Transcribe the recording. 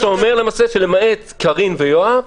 אתה אומר שלמעט קארין ויואב,